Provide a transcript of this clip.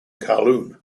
kowloon